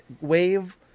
wave